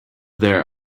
there